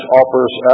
offers